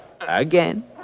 Again